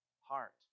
heart